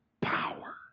power